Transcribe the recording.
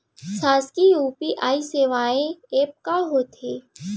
शासकीय यू.पी.आई सेवा एप का का होथे?